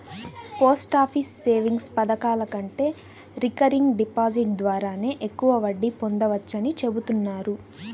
post office savings పథకాల కంటే recurring deposit ద్వారానే ఎక్కువ వడ్డీ పొందవచ్చని చెబుతున్నారు